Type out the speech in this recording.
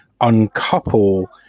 uncouple